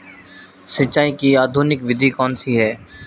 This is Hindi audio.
सिंचाई की आधुनिक विधि कौनसी हैं?